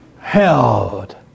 held